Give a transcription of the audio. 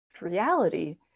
reality